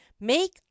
make